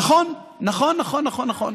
נכון, נכון, נכון, נכון.